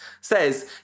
says